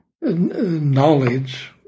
knowledge